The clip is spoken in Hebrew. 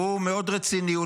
הוא רציני מאוד,